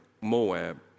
Moab